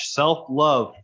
self-love